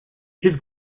his